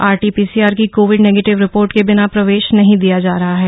RT PCR Covid negative नेगेटिव रिपोर्ट के बिना प्रवेश नहीं दिया जा रहा हैं